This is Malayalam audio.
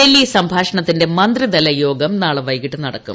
ഡൽഹി സംഭാഷണത്തിന്റെ മന്ത്രിതല യോഗം നാളെ വൈകിട്ട് നടക്കും